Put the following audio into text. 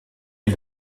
est